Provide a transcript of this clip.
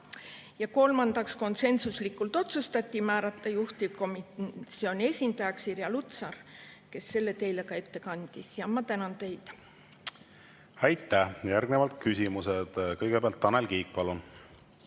Kolmandaks, konsensuslikult otsustati määrata juhtivkomisjoni esindajaks Irja Lutsar, kes selle [ülevaate] teile ka ette kandis. Ma tänan teid. Aitäh! Järgnevalt küsimused. Kõigepealt Tanel Kiik, palun!